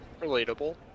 relatable